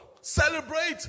Celebrate